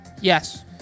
Yes